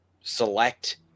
select